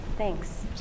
Thanks